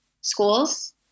schools